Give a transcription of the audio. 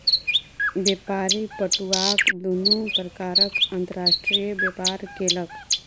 व्यापारी पटुआक दुनू प्रकारक अंतर्राष्ट्रीय व्यापार केलक